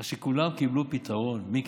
כך שכולם קיבלו פתרון, מיקי.